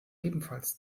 ebenfalls